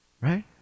Right